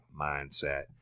mindset